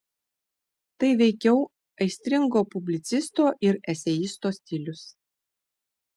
tai veikiau aistringo publicisto ir eseisto stilius